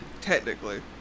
Technically